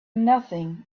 nothing